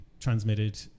transmitted